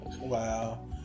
Wow